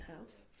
house